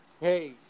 Hey